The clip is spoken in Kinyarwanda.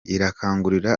irakangurira